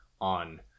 on